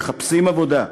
מחפשים עבודה,